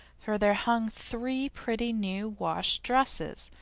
for there hung three pretty new wash dresses,